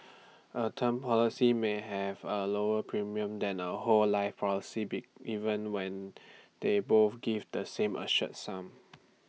A term policy may have A lower premium than A whole life policy be even when they both give the same assured sum